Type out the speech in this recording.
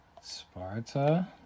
Sparta